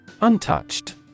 Untouched